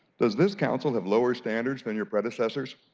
does this council have lower standards than your predecessors?